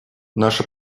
наше